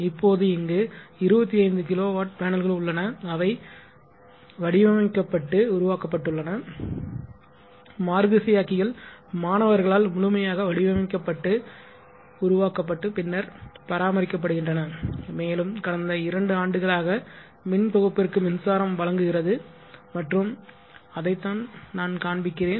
இப்போது இங்கு 25 kW பேனல்கள் உள்ளன அவை வடிவமைக்கப்பட்டு உருவாக்கப்பட்டுள்ளன மாறுதிசையாக்கிகள் மாணவர்களால் முழுமையாக வடிவமைக்கப்பட்டு உருவாக்கப்பட்டு பின்னர் பராமரிக்கப்படுகின்றன மேலும் கடந்த இரண்டு ஆண்டுகளாக மின் தொகுப்பிற்கு மின்சாரம் வழங்குகிறது மற்றும் அதைத்தான் நான் காண்பிக்கிறேன்